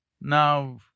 now